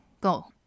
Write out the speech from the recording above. Go